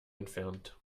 entfernt